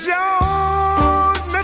Jones